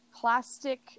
Plastic